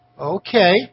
Okay